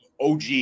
OG